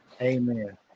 Amen